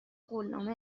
قولنامه